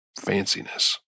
fanciness